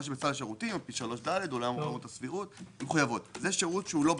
מה שבסל השירותים לפי 3ד. זה שירות שלא בסל.